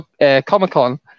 Comic-Con